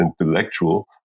intellectual